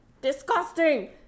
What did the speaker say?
disgusting